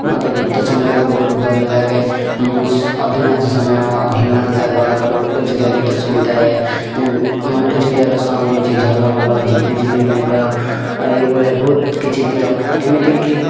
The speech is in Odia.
ମତେ ଗୀତ ଶୁଣିିବାକୁ ବହୁତ ଭଲ ଲାଗେ ମୁଁ ଅଧିକାଂଶ ସମୟ ହ୍ୟୁମାନ ସାଗର ମଣ୍ଟୁ ଝୁରିଆ ଗୀତ ଶୁଣି ଥାଏ ମଣ୍ଟୁ ଝୁରିଆର ସଙ୍ଗ୍ ହେଉଛି ଝଲମଲ ଝିପିଝିପି ମେଘ ଏଇ ଭଳିଆ ବହୁତ କିଛି ଗୀତ ଏମିତି କି